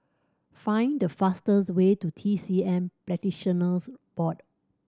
find the fastest way to T C M Practitioners Board